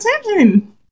attention